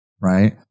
right